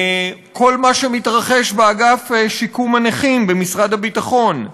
כל מה שמתרחש באגף שיקום נכים במשרד הביטחון,